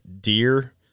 deer